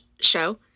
show